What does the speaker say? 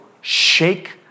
shake